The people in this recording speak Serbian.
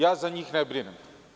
Ja za njih ne brinem.